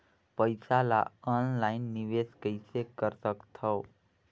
पईसा ल ऑनलाइन निवेश कइसे कर सकथव?